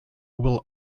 will